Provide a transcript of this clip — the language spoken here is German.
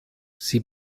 sie